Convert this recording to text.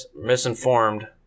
misinformed